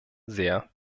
sehr